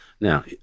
Now